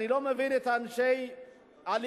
אני לא מבין את אנשי הליכוד,